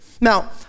Now